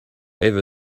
ever